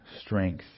strength